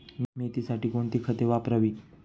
मेथीसाठी कोणती खते वापरावी?